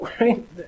right